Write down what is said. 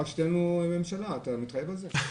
רק שתהיה לנו ממשלה, אתה מתחייב על זה?